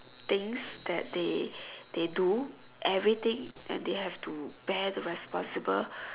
things that they they do everything and they have to bear the responsible